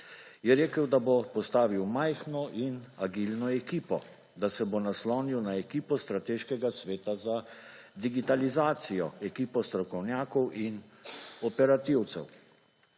Je rekel, da bo postavil majhno in agilno ekipo, da se bo naslonil na ekipo strateškega sveta za digitalizacijo, ekipo strokovnjakov in operativcev.